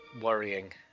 Worrying